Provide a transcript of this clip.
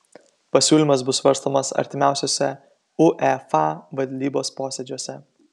pasiūlymas bus svarstomas artimiausiuose uefa valdybos posėdžiuose